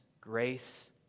grace